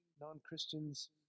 non-Christians